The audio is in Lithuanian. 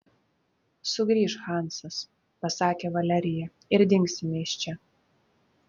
sugrįš hansas pasakė valerija ir dingsime iš čia